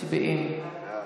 מצביעים.